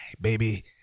baby